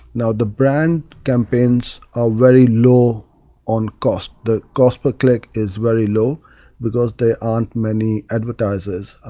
now the brand campaigns are very low on cost. the cost per click is very low because there aren't many advertisers